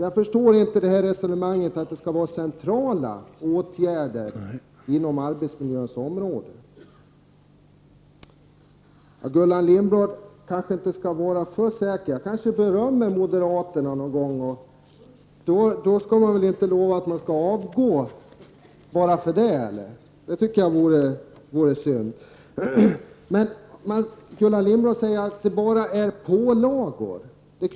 Jag förstår inte resonemanget om att det här är fråga om centrala åtgärder på arbetsmiljöns område. Gullan Lindblad skall kanske inte vara för säker. Jag kanske berömmer moderaterna någon gång, och hon skall nog inte lova att hon skall avgå bara för det. Det tycker jag vore synd. Gullan Lindblad säger att det bara är fråga om pålagor.